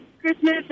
Christmas